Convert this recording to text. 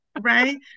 right